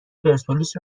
پرسپولیس